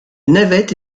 navette